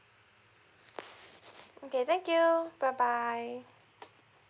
okay thank you bye bye